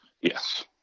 Yes